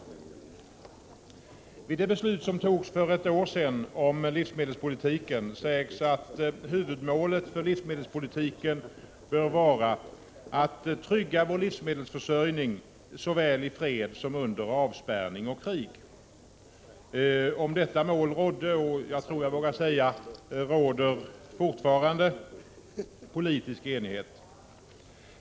I samband med det beslut som fattades för ett år sedan om livsmedelspolitiken sades att huvudmålet för livsmedelspolitiken bör vara att trygga vår livsmedelsförsörjning såväl i fred som under avspärrning och krig. Om detta mål rådde, och jag tror att jag vågar säga råder fortfarande, politisk enighet.